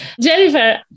Jennifer